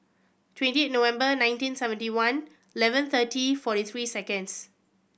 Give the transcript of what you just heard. twenty eight November nineteen seventy one eleven thirty forty three seconds